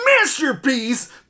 masterpiece